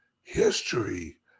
history